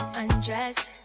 undressed